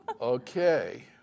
Okay